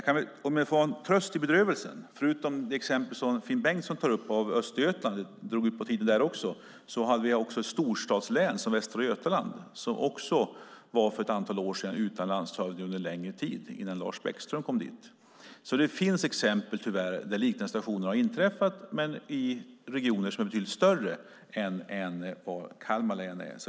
En tröst i bedrövelsen, förutom det exempel som Finn Bengtsson tar upp om Östergötland, där det också drog ut på tiden, är att storstadslänet Västra Götaland för ett antal år sedan också var utan landshövding under en längre tid innan Lars Bäckström kom dit. Det finns tyvärr exempel där liknande situationer har inträffat, men i regioner som är betydligt större än Kalmar län.